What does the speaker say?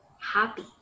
happy